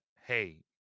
hey